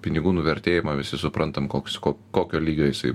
pinigų nuvertėjimo suprantam koks kokio lygio jisai